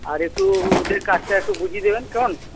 আর একটু ওদের কাজটা একটু বুঝিয়ে দেবেন কেমন